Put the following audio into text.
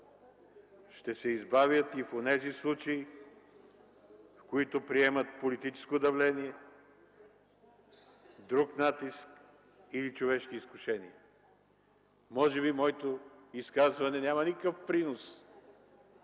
ще се избавят и в онези случаи, в които приемат политическо давление, друг натиск или човешки изкушения. Може би моето изказване няма никакъв принос